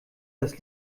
das